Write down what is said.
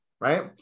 right